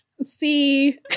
See